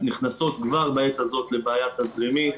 נכנסות כבר בעת הזאת לבעיה תזרימית,